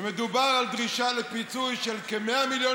ומדובר על דרישה לפיצוי של כ-100 מיליון